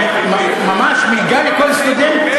ממש מלגה לכל סטודנט?